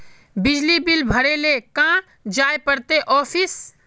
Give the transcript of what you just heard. बिजली बिल भरे ले कहाँ जाय पड़ते ऑफिस?